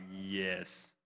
Yes